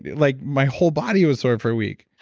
like my whole body was sore for a week.